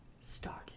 started